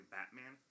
Batman